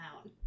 out